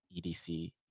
EDC